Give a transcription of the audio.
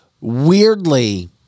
Weirdly